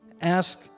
ask